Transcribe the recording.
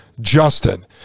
Justin